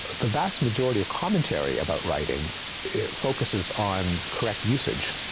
the vast majority of commentary about writing focuses on correct usage,